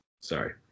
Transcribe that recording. Sorry